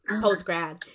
post-grad